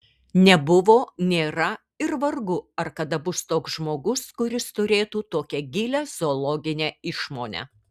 nebuvo nėra ir vargu ar kada bus toks žmogus kuris turėtų tokią gilią zoologinę išmonę